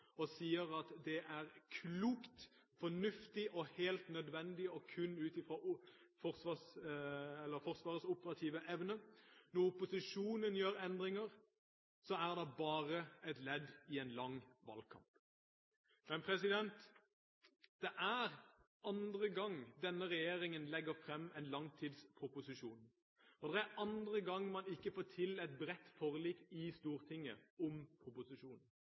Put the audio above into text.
og sier at det er klokt, fornuftig og helt nødvendig og at de gjør det kun ut fra Forsvarets operative evne. Når opposisjonen gjør endringer, er det bare et ledd i en lang valgkamp. Det er andre gang denne regjeringen legger frem en langtidsproposisjon, og det er andre gang man ikke får til et bredt forlik i Stortinget om proposisjonen.